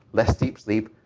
less deep sleep.